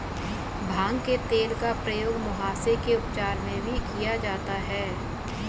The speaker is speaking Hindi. भांग के तेल का प्रयोग मुहासे के उपचार में भी किया जाता है